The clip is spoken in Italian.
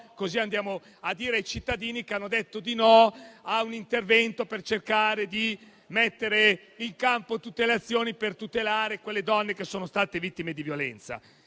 così andate a dire ai cittadini che abbiamo detto di no a un intervento per cercare di mettere in campo azioni per tutelare le donne che sono state vittime di violenza.